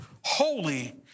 Holy